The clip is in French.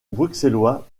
bruxellois